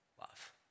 love